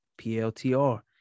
PLTR